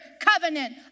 covenant